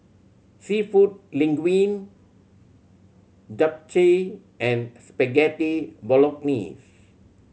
Seafood Linguine Japchae and Spaghetti Bolognese